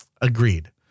Agreed